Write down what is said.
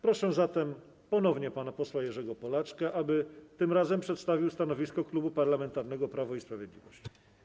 Proszę zatem ponownie pana posła Jerzego Polaczka, aby tym razem przedstawił stanowisko Klubu Parlamentarnego Prawo i Sprawiedliwość.